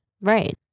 Right